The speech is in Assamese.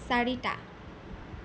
চাৰিটা